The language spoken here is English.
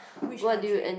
which country